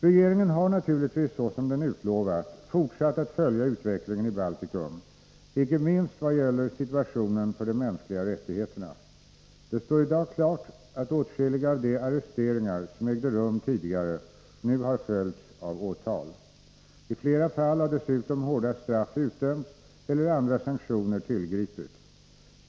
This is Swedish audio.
Regeringen har naturligtvis såsom den utlovat fortsatt att följa utvecklingen i Baltikum icke minst vad gäller situationen för de mänskliga rättigheterna. Det står i dag klart att åtskilliga av de arresteringar som ägde rum tidigare nu har följts av åtal. I flera fall har dessutom hårda straff utdömts eller andra sanktioner tillgripits.